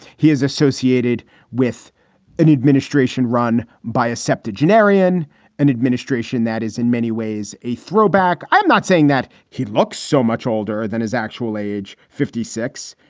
he is associated with an administration run by a septa generic in an administration that is in many ways a throwback. i'm not saying that he looks so much older than his actual age, fifty six,